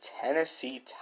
Tennessee